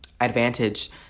advantage